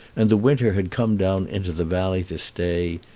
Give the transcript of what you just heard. and the winter had come down into the valley to stay,